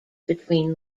between